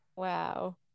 Wow